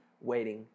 waiting